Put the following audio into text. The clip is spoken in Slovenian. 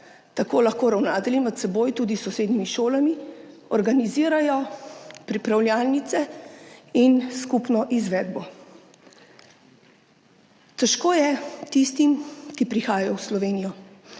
Tako lahko ravnatelji med seboj tudi s sosednjimi šolami organizirajo pripravljalnice in skupno izvedbo. Težko je tistim, ki prihajajo v Slovenijo.